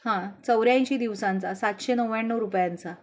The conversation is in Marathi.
हां चौऱ्याऐंशी दिवसांचा सातशे नव्याण्णव रुपयांचा